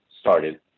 started